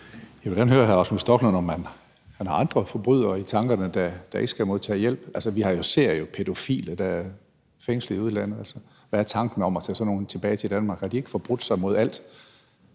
Jeg vil gerne høre hr. Rasmus Stoklund, om han har andre forbrydere i tankerne, der ikke skal modtage hjælp. Altså, vi har jo seriepædofile, der er fængslet i udlandet. Hvad er tanken om at tage sådan nogle tilbage til Danmark? Har de ikke forbrudt sig mod alt?